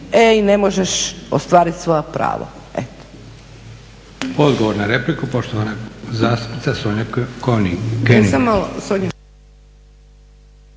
ej ne možeš ostvariti svoja prava.